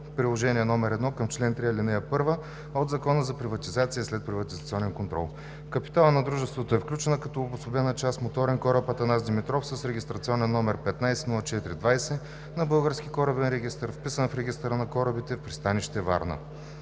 Приложение № 1 към чл. 3, ал. 1 от Закона за приватизация и следприватизационен контрол. В капитала на дружеството е включена като обособена част моторен кораб „Атанас Димитров“, с peгистрационен № 150420 на Българския корабен регистър, вписан в регистъра на корабите в пристанище Варна.